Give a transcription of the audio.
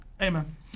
Amen